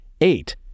eight